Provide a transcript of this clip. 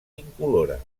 incolora